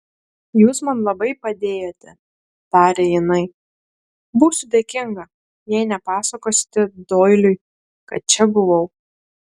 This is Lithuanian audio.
jūs man labai padėjote tarė jinai būsiu dėkinga jei nepasakosite doiliui kad čia buvau